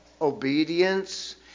obedience